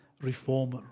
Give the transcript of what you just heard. reformer